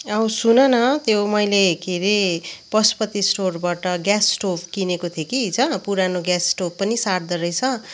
औ सुन न त्यो मैले के अरे पशुपति स्टोरबाट ग्यास स्टोभ किनेको थिएँ कि हिजो पुरानो ग्यास स्टोभ पनि साट्दो रहेछ